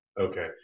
Okay